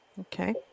okay